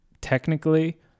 technically